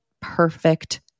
perfect